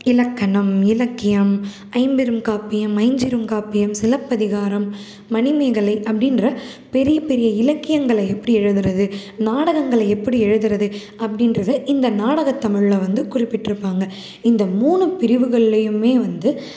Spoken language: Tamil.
இலக்கணம் இலக்கியம் ஐம்பெரும்காப்பியம் ஐஞ்சிறுகாப்பியம் சிலப்பதிகாரம் மணிமேகலை அப்படின்ற பெரிய பெரிய இலக்கியங்கள எப்படி எழுதுகிறது நாடகங்களை எப்படி எழுதுகிறது அப்டின்றது இந்த நாடகத்தமிழில் வந்து குறிப்பிட்டுருப்பாங்க இந்த மூணு பிரிவுகள்லையும் வந்து